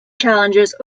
challenges